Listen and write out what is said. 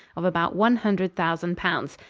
of about one hundred thousand pounds.